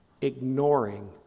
Ignoring